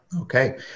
Okay